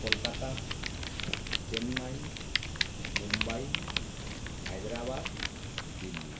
Kolkata Chennai Mumbai Hyderabad Delhi